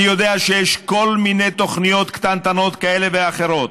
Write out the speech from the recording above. אני יודע שיש כל מיני תוכניות קטנטנות כאלה ואחרות,